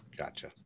Gotcha